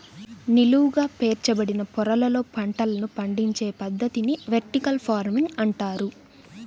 నిలువుగా పేర్చబడిన పొరలలో పంటలను పండించే పద్ధతిని వెర్టికల్ ఫార్మింగ్ అంటారు